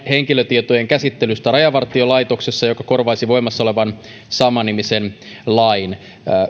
henkilötietojen käsittelystä rajavartiolaitoksessa uuden lain joka korvaisi voimassa olevan samannimisen lain